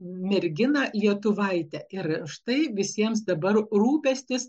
merginą lietuvaitę ir štai visiems dabar rūpestis